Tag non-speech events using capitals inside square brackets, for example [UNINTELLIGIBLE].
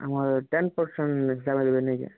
ଆମର ten percent [UNINTELLIGIBLE]